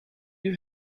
you